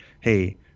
Hey